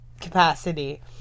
capacity